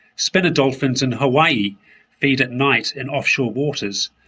spinner dolphins in hawai'i feed at night in offshore waters,